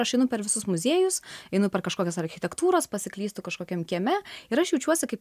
aš einu per visus muziejus einu per kažkokias architektūras pasiklystu kažkokiam kieme ir aš jaučiuosi kaip